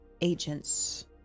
agents